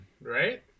right